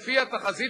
לדעתי,